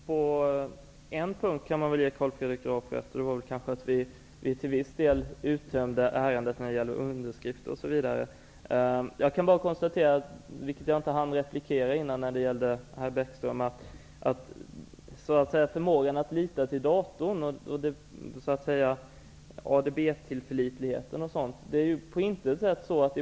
Fru talman! På en punkt kan man ge Carl Fredrik Graf rätt, att vi till viss del uttömde ärendet när det gäller underskrifter osv. Jag kan bara konstatera att vi i vårt förslag inte bortser från detta med tillförlitligheten till ADB.